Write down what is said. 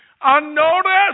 unnoticed